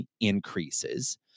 increases